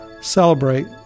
celebrate